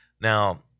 Now